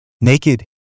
Naked